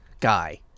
guy